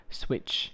switch